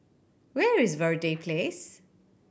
where is Verde Place